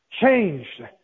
changed